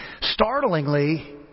Startlingly